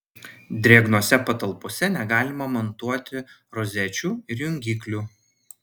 drėgnose patalpose negalima montuoti rozečių ir jungiklių